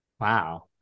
Wow